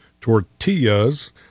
tortillas